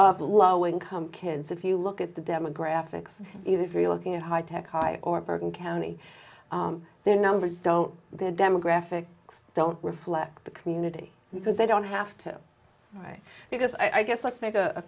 of low income kids if you look at the demographics if we're looking at high tech high or bergen county the numbers don't the demographic don't reflect the community because they don't have to right because i guess let's make a